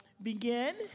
Begin